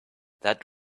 that